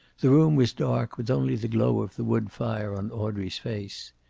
the room was dark, with only the glow of the wood fire on audrey's face.